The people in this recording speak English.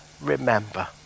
remember